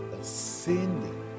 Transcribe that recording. ascending